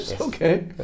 Okay